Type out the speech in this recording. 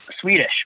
Swedish